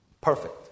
perfect